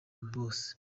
bose